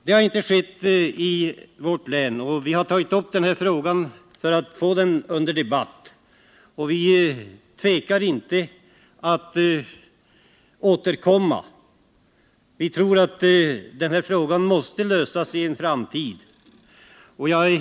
Så har inte skett i vårt län, och vi har tagit upp den här frågan för att få den under debatt. Vi tvekar inte att återkomma. Vi tror att frågan måste lösas i en framtid.